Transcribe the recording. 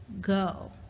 Go